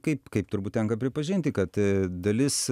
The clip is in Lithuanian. kaip kaip turbūt tenka pripažinti kad dalis